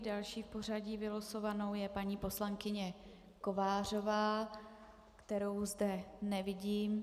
Další v pořadí vylosovanou je paní poslankyně Kovářová, kterou zde nevidím.